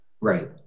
Right